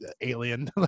alien